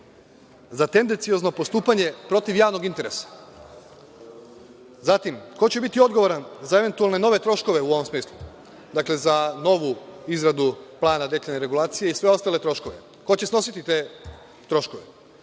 za tendenciozno postupanje protiv javnog interesa? Zatim, ko će biti odgovoran za eventualne, nove troškove u ovom smislu? Dakle, za novu izradu plana detaljne regulacije i sve ostale troškove? Ko će snositi te troškove?